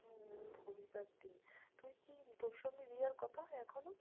হুম রবিবার দিন তুই কি তোর সঙ্গে রিয়ার কথা হয় এখনও